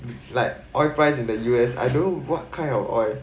like oil price in the U_S I don't know what kind of oil